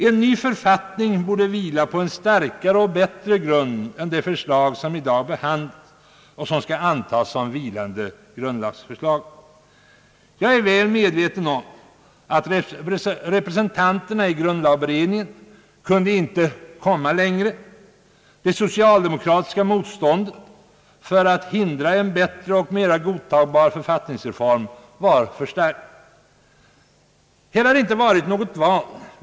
En ny författning borde vila på en starkare och bättre grund än det förslag som i dag behandlas och skall antas som vilande grundlagsförslag. Jag är väl medveten om att representanterna i grundlagberedningen inte kunde komma längre. Det socialdemokratiska motståndet för att hindra en bättre och mera godtagbar författningsreform var för starkt. Här har inte funnits något val.